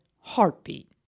heartbeat